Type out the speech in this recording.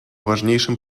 важнейшим